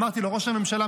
אמרתי לו: ראש הממשלה,